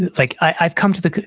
like i've come to the,